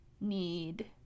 need